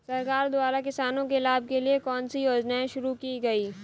सरकार द्वारा किसानों के लाभ के लिए कौन सी योजनाएँ शुरू की गईं?